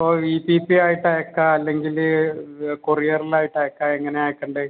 ഓ V P P ആയിട്ട് അയക്കാം അല്ലെങ്കിൽ കൊറിയറിൽ ആയിട്ട് അയക്കാം എങ്ങനെയാ അയക്കേണ്ടത്